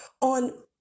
on